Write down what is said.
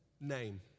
name